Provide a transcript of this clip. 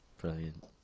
Brilliant